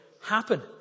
happen